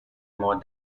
more